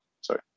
sorry